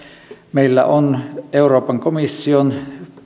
meillä on euroopan komission